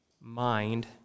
mind